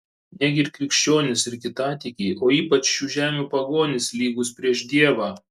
negi ir krikščionys ir kitatikiai o ypač šių žemių pagonys lygūs prieš dievą